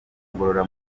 ngorora